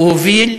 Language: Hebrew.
הוא הוביל,